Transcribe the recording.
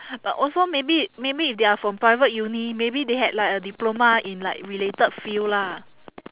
but also maybe maybe if they're from private uni maybe they had like a diploma in like related field lah